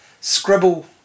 scribble